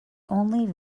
only